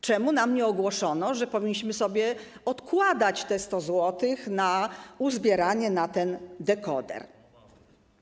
Czemu nam nie ogłoszono, że powinniśmy sobie odkładać te 100 zł na uzbieranie na ten dekoder.